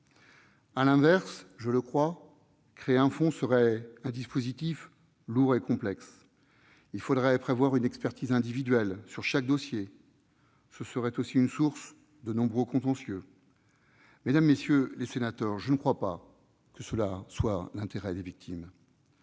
À l'inverse, je le crois, créer un fonds serait un dispositif lourd et complexe. Il faudrait prévoir une expertise individuelle sur chaque dossier, ce qui serait aussi une source de nombreux contentieux. Mesdames, messieurs les sénateurs, je ne crois pas que cela soit l'intérêt des victimes.